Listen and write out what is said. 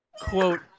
quote